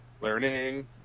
Learning